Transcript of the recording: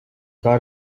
got